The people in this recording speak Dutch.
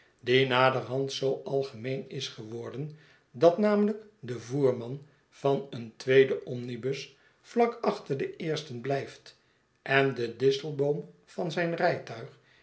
die naderhand zoo algemeen is geworden dat namelijk de voerman van een tweeden omnibus vlak achter den eersten blijft en den disselboom van zijn rijtuig